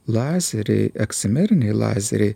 lazeriai eksimeriniai lazeriai